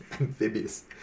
Amphibious